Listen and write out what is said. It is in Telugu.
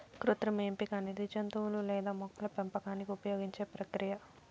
కృత్రిమ ఎంపిక అనేది జంతువులు లేదా మొక్కల పెంపకానికి ఉపయోగించే ప్రక్రియ